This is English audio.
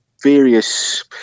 various